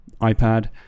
iPad